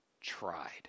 tried